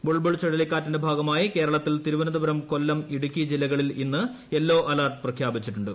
bull bull ചുഴലിക്കാറ്റിന്റെ ഭാഗമായി കേരളത്തിൽ തിരുവനന്തപുരം കൊല്ലം ഇടുക്കി ജില്ലകളിൽ ഇന്ന് യെല്ലോ അലർട്ട് പ്രഖ്യാപിച്ചിട്ടുണ്ട്